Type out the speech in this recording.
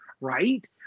right